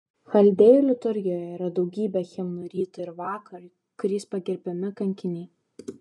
chaldėjų liturgijoje yra daugybė himnų rytui ir vakarui kuriais pagerbiami kankiniai